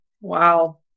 Wow